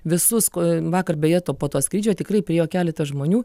visus vakar beje to po to skrydžio tikrai priėjo keletas žmonių